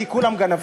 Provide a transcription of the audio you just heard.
כי כולם גנבים.